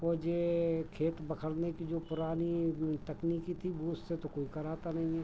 और जे खेत बखरने की जो पुरानी तकनीकी थी वो उससे तो कोई कराता नहीं है